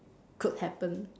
could happen